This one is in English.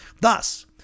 Thus